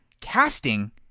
Casting